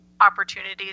opportunities